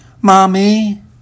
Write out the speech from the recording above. Mommy